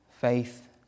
faith